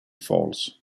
falls